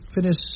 finish